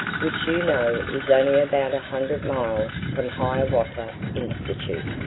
which you know is only about a hundred miles from hiawatha institute.